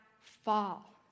fall